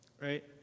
Right